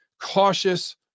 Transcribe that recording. cautious